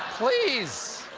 please!